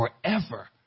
forever